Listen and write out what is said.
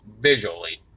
visually